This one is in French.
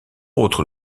autres